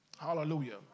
Hallelujah